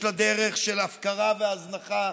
יש לה דרך של הפקרה והזנחה,